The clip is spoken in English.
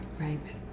right